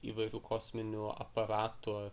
įvairių kosminių aparatų